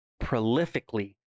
prolifically